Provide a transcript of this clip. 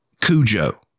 Cujo